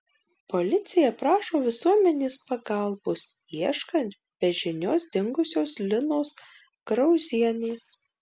policija prašo visuomenės pagalbos ieškant be žinios dingusios linos krauzienės